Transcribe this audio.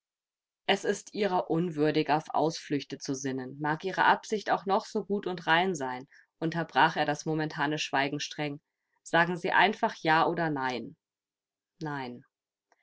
es ist ihrer unwürdig auf ausflüchte zu sinnen mag ihre absicht auch noch so gut und rein sein unterbrach er das momentane schweigen streng sagen sie einfach ja oder nein nein